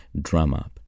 DrumUp